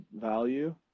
value